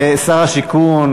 אדוני שר השיכון,